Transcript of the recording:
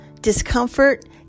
discomfort